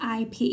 IP